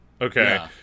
Okay